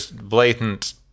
blatant